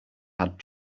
had